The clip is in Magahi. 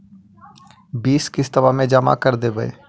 बिस किस्तवा मे जमा कर देवै?